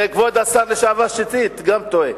וכבוד השר לשעבר שטרית גם טועה.